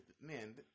man